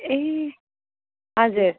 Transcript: ए हजुर